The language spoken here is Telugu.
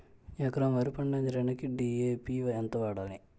ఎకరం వరి పండించటానికి డి.ఎ.పి ఎంత వాడాలి?